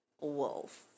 wolf